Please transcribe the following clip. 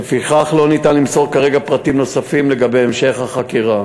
ולפיכך לא ניתן למסור כרגע פרטים נוספים לגבי המשך החקירה.